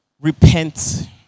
Repent